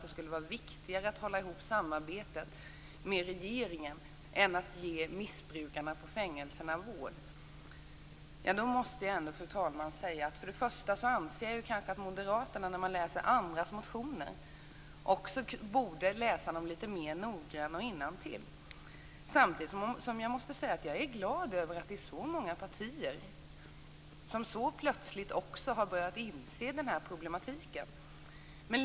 Det skulle vara viktigare att hålla ihop samarbetet med regeringen än att ge missbrukarna på fängelserna vård. Moderaterna borde, fru talman, läsa andras motioner lite noggrannare och läsa innantill. Samtidigt måste jag säga att jag är glad över att så många partier så plötsligt har börjat inse den här problematiken.